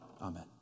amen